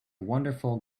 wonderful